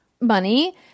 money